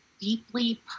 deeply